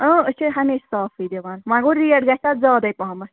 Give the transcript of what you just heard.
أسۍ چھِ ہمیشہٕ صافٕے دِوان وۅنۍ گوٚو ریٹ گَژھِ اَتھ زیادے پہمَتھ